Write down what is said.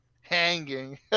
hanging